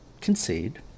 concede